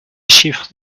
chiffres